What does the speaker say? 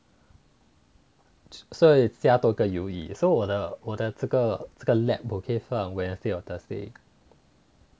所以加多个 U_E so 我的我的这个这个 lap 我可以放 wednesday or thursday